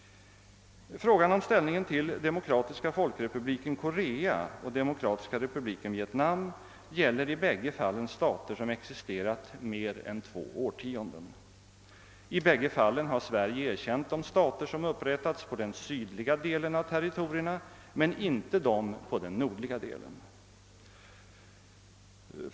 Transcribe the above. Frågan om ställningen till Demokratiska folkrepubliken Korea och Demokratiska republiken Vietnam gäller i bägge fallen stater som existerat mer än två årtionden. I bägge fallen har Sverige erkänt de stater som upprättats på den sydliga delen av territorierna, men inte dem på den nordliga delen.